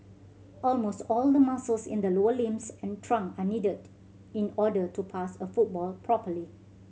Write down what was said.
almost all the muscles in the lower limbs and trunk are needed in order to pass a football properly